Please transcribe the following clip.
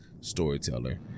storyteller